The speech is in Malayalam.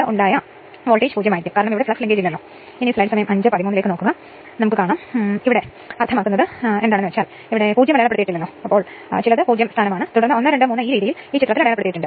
8 ലീഡിംഗും ആയിരിക്കുമ്പോൾ ഫലം 2 ചെമ്പ് നഷ്ടവും 5 പ്രതിപ്രവർത്തന ഡ്രോപ്പും ഉള്ള ഒരു ട്രാൻസ്ഫോർമറിന്റെ വോൾട്ടേജ് നിയന്ത്രണം കണക്കാക്കേണ്ടതുണ്ട്